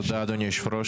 תודה אדוני יושב הראש.